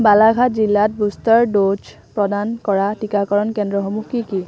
বালাঘাট জিলাত booster dose প্ৰদান কৰা টিকাকৰণ কেন্দ্ৰসমূহ কি কি